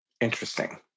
Interesting